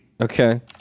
Okay